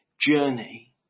journey